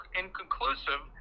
inconclusive